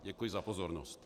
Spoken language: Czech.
Děkuji za pozornost.